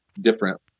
different